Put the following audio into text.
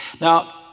Now